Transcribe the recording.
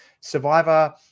Survivor